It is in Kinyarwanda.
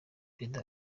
perezida